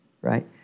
right